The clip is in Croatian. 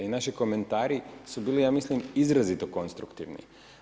I naši komentari su bili, ja mislim, izrazito konstruktivni.